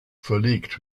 verlegt